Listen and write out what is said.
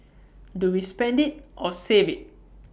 do we spend IT or save IT